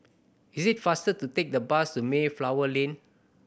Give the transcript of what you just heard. it is faster to take the bus to Mayflower Lane